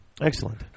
Excellent